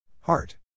Heart